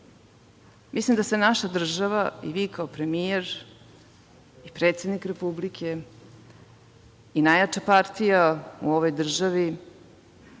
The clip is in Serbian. mislim da se naša država i vi, kao premijer i predsednik Republike Srbije i najjača partija u ovoj državi,